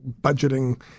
budgeting